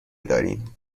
داریم